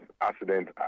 accident